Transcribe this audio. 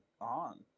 on